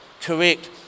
correct